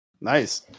Nice